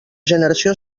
generació